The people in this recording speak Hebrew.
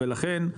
ולכן,